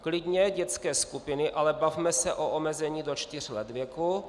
Klidně dětské skupiny, ale bavme se o omezení do čtyř let věku.